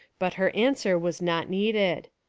but her answer was not needed.